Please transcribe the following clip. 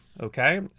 Okay